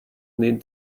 need